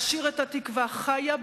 להשאיר את התקווה חיה,